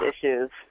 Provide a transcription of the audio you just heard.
issues